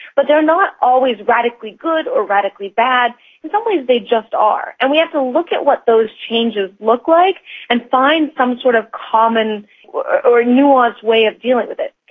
but they're not always radically good or radically bad. in some ways they just are. and we have to look at what those changes look like and find some sort of common or nuanced way of dealing with it.